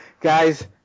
Guys